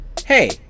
Hey